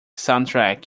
soundtrack